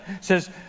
says